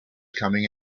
coming